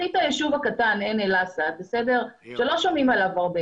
ביישוב הקטן עין-אל-אסאד שלא שומעים עליו הרבה